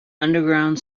underground